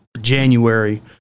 January